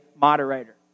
moderator